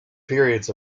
periods